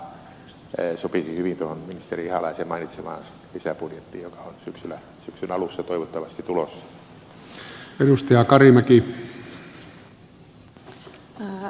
tämäkin työllisyysraha sopisi hyvin tuohon ministeri ihalaisen mainitsemaan lisäbudjettiin joka on syksyn alussa toivottavasti tulossa